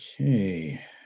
Okay